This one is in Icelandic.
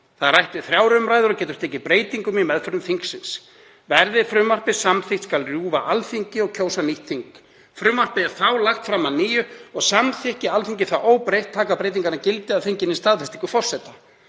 Það er rætt við þrjár umræður og getur tekið breytingum í meðförum þingsins. Verði frumvarpið samþykkt skal rjúfa Alþingi og kjósa nýtt þing. Frumvarpið er þá lagt fram að nýju og samþykki Alþingi það óbreytt taka breytingarnar gildi að fenginni staðfestingu forseta.